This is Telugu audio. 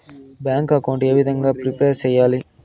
బ్యాంకు అకౌంట్ ఏ విధంగా ప్రిపేర్ సెయ్యాలి?